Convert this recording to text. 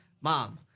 Mom